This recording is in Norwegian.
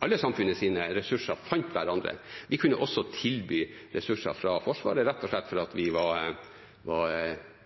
alle samfunnets ressurser har funnet hverandre. Vi kunne også tilby ressurser fra Forsvaret rett og slett fordi vi var